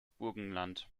burgenland